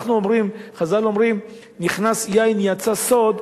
אנחנו אומרים, חז"ל אומרים: נכנס יין יצא סוד.